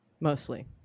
Mostly